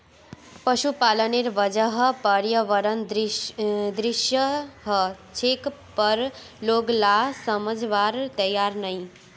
पशुपालनेर वजह पर्यावरण दूषित ह छेक पर लोग ला समझवार तैयार नी